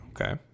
Okay